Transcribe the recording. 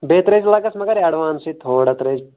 بیٚیہِ ترٛأیِس لگس ایٚڈوانسٕے تھوڑا ترٛٲۍزِ